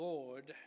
Lord